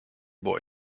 boy